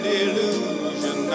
illusion